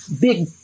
Big